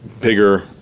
bigger